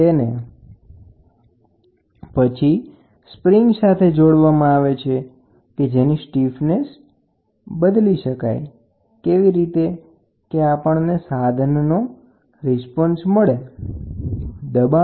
તેને પછી સ્પ્રીગ સાથે જોડવામાં આવે છે જેની સ્ટીફનેસ બદલીને આપણે સાધનનો રિસપોન્સ મેળવી શકીએ છીએ